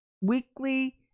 weekly